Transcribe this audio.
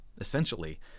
essentially